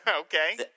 Okay